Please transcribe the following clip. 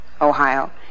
Ohio